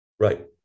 Right